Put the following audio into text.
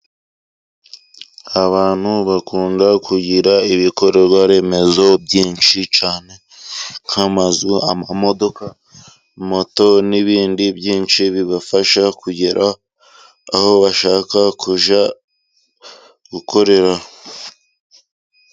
Abantu bakunda kugira ibikorwa remezo byinshi cyane nk'amazu, amamodoka, moto n'ibindi byinshi bibafasha kugera aho bashaka kujya gukorera.